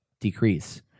decrease